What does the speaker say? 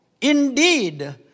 indeed